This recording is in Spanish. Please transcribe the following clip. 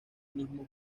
mismo